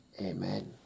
Amen